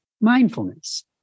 mindfulness